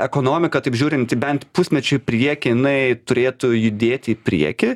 ekonomika taip žiūrint į bent pusmečiui priekį jinai turėtų judėti į priekį